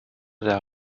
der